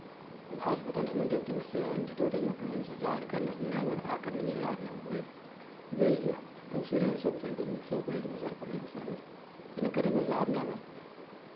ہٮسپَتالَس منٛز دِنۍ تٔمس اینٹیڈوٹ اَمیُک اَمہِ سۭتۍ زَہر کَڑنس نیٚبر اکھ کَڑنِس زَہر نیبَر بیٚیہِ تٔمۍ سِرینج سۭتۍ ییٮتٮ۪ن تٔمۍ ژوٚپ آسہِ دیُتمُت أمِس اَتیٚتھ تَتٮ۪ن کرِ أمِس زَہر نیٚبر